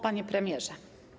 Panie Premierze!